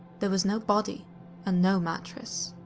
there was no body and no mattress.